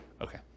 Okay